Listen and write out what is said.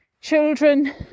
children